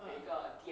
uh